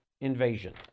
invasion